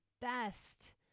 best